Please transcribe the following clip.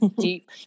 deep